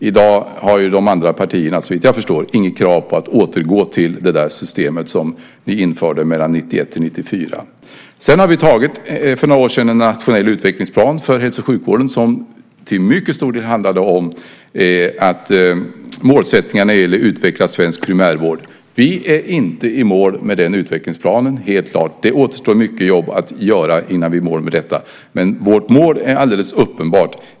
I dag har de andra partierna, såvitt jag förstår, inget krav på att återgå till det system som ni införde mellan 1991 och 1994. För några år sedan antog vi en nationell utvecklingsplan för hälso och sjukvården som till mycket stor del handlade om målsättningar för att utveckla svensk primärvård. Vi är inte i mål med den utvecklingsplanen. Det återstår mycket jobb att göra innan vi är i mål med detta. Men vårt mål är alldeles uppenbart.